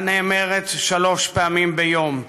הנאמרת שלוש פעמים ביום,